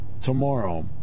tomorrow